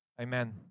amen